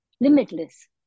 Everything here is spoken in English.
limitless